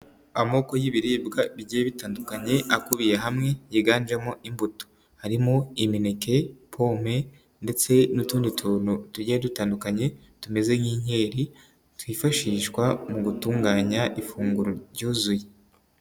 Amoko y'ibiribwa bigiye bitandukanye akubiye hamwe yiganjemo imbuto harimo: imineke, pome ndetse n'utundi tuntu tugiye dutandukanye tumeze nk'inkeri twifashishwa mu gutunganya ifunguro ryuzuye.